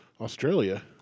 Australia